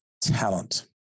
talent